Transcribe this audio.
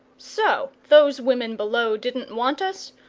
so those women below didn't want us?